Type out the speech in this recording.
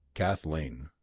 kathleen.